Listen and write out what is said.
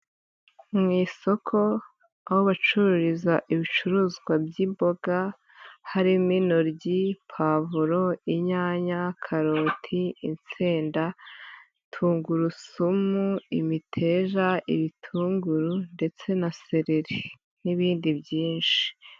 Mu isoko aho bacururiza ibicuruzwa by'imboga harimo intoryi, puwavuro, inyanya, karoti isenda, tungurusumu, imiteja, ibitunguru ndetse na seleri n'ibindi byinshi.